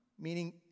Meaning